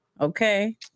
Okay